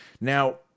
now